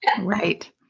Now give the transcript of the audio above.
Right